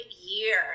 year